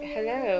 Hello